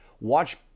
watch